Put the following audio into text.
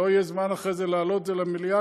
לא יהיה זמן אחרי זה להעלות את זה למליאה,